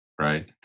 right